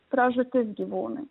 pražūtis gyvūnui